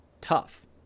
tough